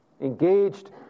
engaged